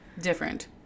different